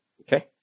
Okay